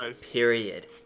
Period